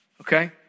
okay